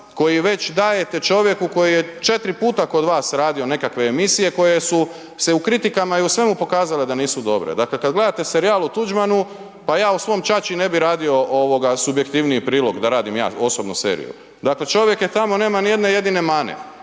koji već dajete čovjeku koji je 4 puta kod vas radio nekakve emisije koje su se u kritikama i u svemu pokazale da nisu dobre. Dakle kad gledate serijal o Tuđmanu, pa ja svom o ćaći ne bi radio subjektivniji prilog da radim ja osobno seriju. Dakle čovjek je tamo, nema nijedne jedine mane,